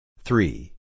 Three